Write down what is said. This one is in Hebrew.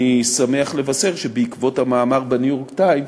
אני שמח לבשר שבעקבות המאמר ב"ניו-יורק טיימס"